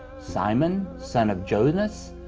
simon, son of jonas,